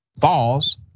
Falls